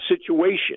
situation